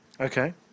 okay